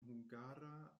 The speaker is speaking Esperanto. hungara